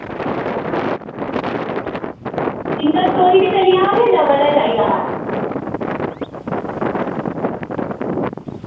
single storey बी चली जाग जां डबल गै चाहिदा